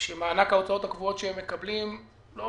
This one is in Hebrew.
כשמענק ההוצאות הקבועות שהם מקבלים לא